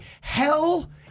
hell